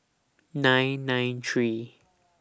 nine nine three